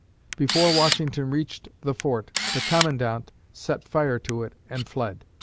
before washington reached the fort, the commandant set fire to it and fled.